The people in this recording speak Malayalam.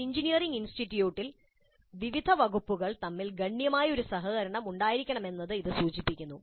ഒരു എഞ്ചിനീയറിംഗ് ഇൻസ്റ്റിറ്റ്യൂട്ടിൽ വിവിധ വകുപ്പുകൾ തമ്മിൽ ഗണ്യമായ സഹകരണം ഉണ്ടായിരിക്കണമെന്ന് ഇത് സൂചിപ്പിക്കുന്നു